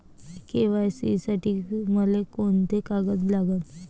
KYC साठी मले कोंते कागद लागन?